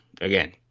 again